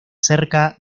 cerca